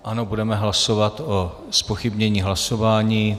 Ano, budeme hlasovat o zpochybnění hlasování.